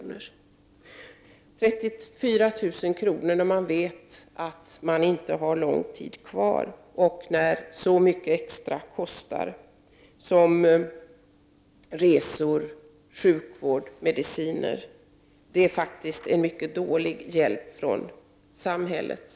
Men 34 000 kr. är faktiskt en mycket dålig hjälp från samhället när man vet att man inte har lång tid kvar och när så mycket kostar extra — resor, sjukvård och mediciner.